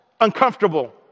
uncomfortable